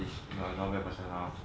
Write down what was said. he is err not bad person now